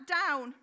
down